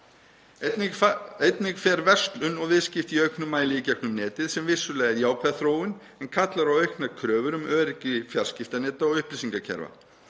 Einnig fara verslun og viðskipti í auknum mæli fram í gegnum netið, sem vissulega er jákvæð þróun en kallar á auknar kröfur um öryggi fjarskiptaneta og upplýsingakerfa.